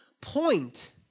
point